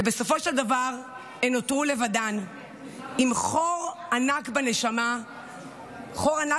ובסופו של דבר הן נותרו לבדן עם חור ענק בנשמה ובלב.